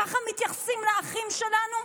ככה מתייחסים לאחים שלנו?